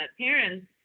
parents